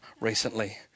recently